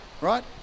right